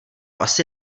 asi